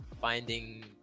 finding